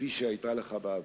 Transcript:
מזו שהיתה לך בעבר.